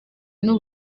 n’u